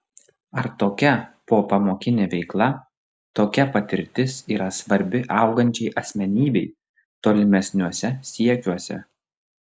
ar tokia popamokinė veikla tokia patirtis yra svarbi augančiai asmenybei tolimesniuose siekiuose